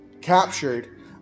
captured